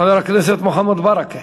חבר הכנסת מוחמד ברכה,